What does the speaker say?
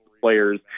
players